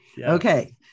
okay